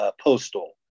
Postal